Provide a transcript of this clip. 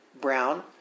Brown